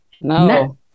No